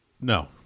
No